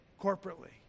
corporately